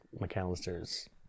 McAllister's